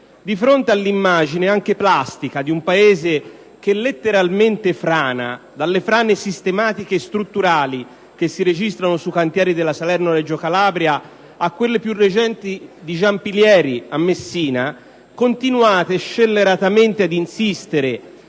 Di fronte all'immagine, anche plastica, di un Paese che letteralmente frana - dalle frane sistematiche e strutturali che si registrano sui cantieri della Salerno-Reggio Calabria a quelle più recenti dì Giampilieri a Messina - continuate scelleratamente ad insistere